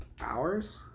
Hours